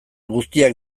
guztiak